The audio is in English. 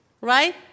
right